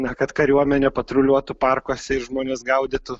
na kad kariuomenė patruliuotų parkuose ir žmones gaudytų